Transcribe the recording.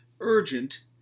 urgent